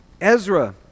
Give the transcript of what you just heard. Ezra